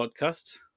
Podcast